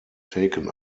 taken